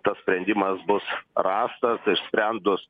tas sprendimas bus rastas išsprendus